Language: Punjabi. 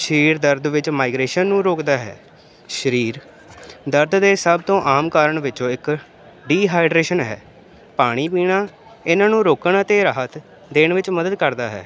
ਸਰੀਰ ਦਰਦ ਵਿੱਚ ਮਾਈਗ੍ਰੇਸ਼ਨ ਨੂੰ ਰੋਕਦਾ ਹੈ ਸਰੀਰ ਦਰਦ ਦੇ ਸਭ ਤੋਂ ਆਮ ਕਾਰਨ ਵਿੱਚੋਂ ਇੱਕ ਡੀਹਾਈਡਰੇਸ਼ਨ ਹੈ ਪਾਣੀ ਪੀਣਾ ਇਹਨਾਂ ਨੂੰ ਰੋਕਣਾ ਅਤੇ ਰਾਹਤ ਦੇਣ ਵਿੱਚ ਮਦਦ ਕਰਦਾ ਹੈ